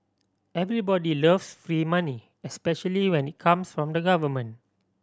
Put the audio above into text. everybody loves free money especially when it comes from the government